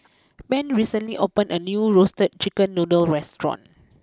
Penni recently opened a new Roasted Chicken Noodle restaurant